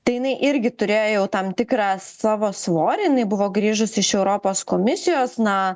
tai jinai irgi turėjo jau tam tikrą savo svorį jinai buvo grįžusi iš europos komisijos na